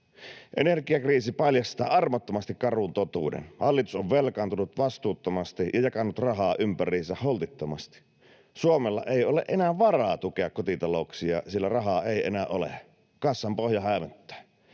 Energiakriisi paljastaa armottomasti karun totuuden: Hallitus on velkaantunut vastuuttomasti ja jakanut rahaa ympäriinsä holtittomasti. Suomella ei ole enää varaa tukea kotitalouksia, sillä rahaa ei enää ole ja kassan pohja häämöttää.